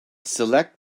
select